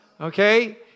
Okay